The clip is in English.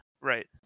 right